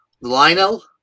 Lionel